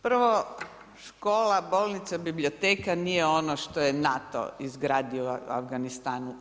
Prvo škola, bolnica, biblioteka nije ono što je NATO izgradio u Afganistanu.